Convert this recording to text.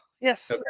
Yes